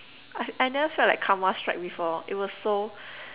I I never felt like Karma strike before it was so